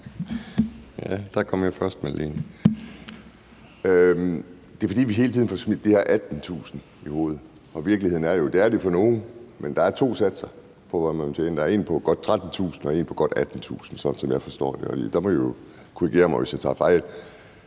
Kim Edberg Andersen (NB): Det er, fordi vi hele tiden får smidt det med de her 18.000 kr. i hovedet. Virkeligheden er jo, at sådan er det for nogle, men der er to satser for, hvad man må tjene. Der er en på godt 13.000 kr. og en på godt 18.000 kr., sådan som jeg forstår det. Der må I jo korrigere mig, hvis jeg tager fejl.